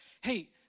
hey